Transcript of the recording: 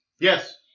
yes